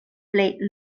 plej